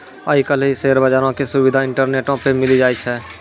आइ काल्हि शेयर बजारो के सुविधा इंटरनेटो पे मिली जाय छै